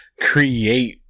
create